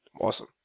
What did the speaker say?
Awesome